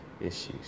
issues